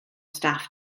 staff